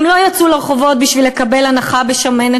הם לא יצאו לרחובות בשביל לקבל הנחה בשמנת